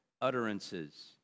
utterances